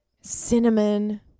Cinnamon